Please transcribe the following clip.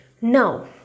Now